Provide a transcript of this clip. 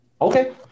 Okay